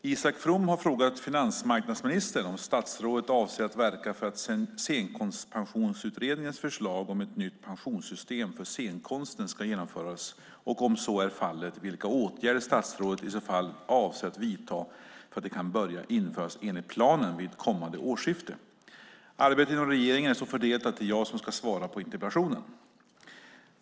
Herr talman! Isak From har frågat finansmarknadsministern om han avser att verka för att Scenkonstpensionsutredningens förslag om ett nytt pensionssystem för scenkonsten ska genomföras och, om så är fallet, vilka åtgärder han i så fall avser att vidta för att det ska kunna börja införas enligt planen vid kommande årsskifte. Arbetet inom regeringen är så fördelat att det är jag som ska svara på interpellationen.